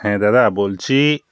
হ্যাঁ দাদা বলছি